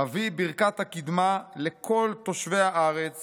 מביא ברכת הקדמה לכל תושבי הארץ